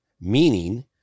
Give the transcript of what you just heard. meaning